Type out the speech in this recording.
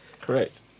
Correct